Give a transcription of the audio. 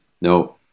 No